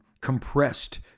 compressed